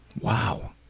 wow.